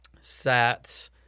sat